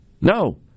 No